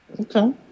Okay